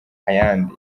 ayandi